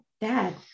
Dad